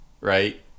Right